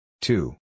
Two